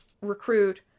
recruit